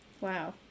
Wow